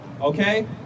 okay